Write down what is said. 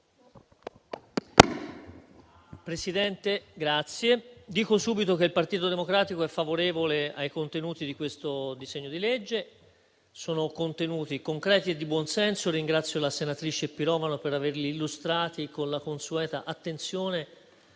Presidente, dico subito che il Partito Democratico è favorevole ai contenuti di questo disegno di legge. Sono contenuti concreti e di buon senso e ringrazio la senatrice Pirovano per averli illustrati con la consueta attenzione